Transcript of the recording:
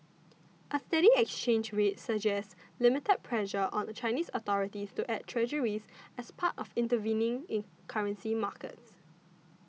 a steady exchange rate suggests limited pressure on Chinese authorities to add Treasuries as part of intervening in currency markets